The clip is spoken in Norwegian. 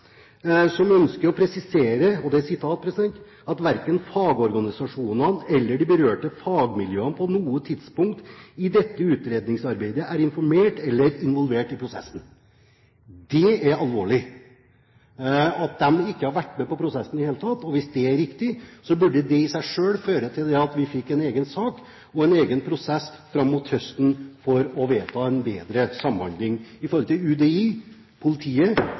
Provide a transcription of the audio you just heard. verken fagorganisasjonene eller de berørte fagmiljøer på noe tidspunkt i dette utredningsarbeidet er informert eller involvert i prosessen.» Det er alvorlig at de ikke har vært med på prosessen i det hele tatt. Hvis det er riktig, burde det i seg selv føre til at vi fikk en egen sak og en egen prosess fram mot høsten for å få vedtatt en bedre samordning mellom UDI og politiet i